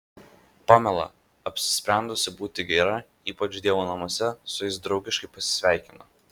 pamela apsisprendusi būti gera ypač dievo namuose su jais draugiškai pasisveikino